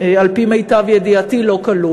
על-פי מיטב ידיעתי, לא כלול.